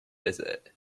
visit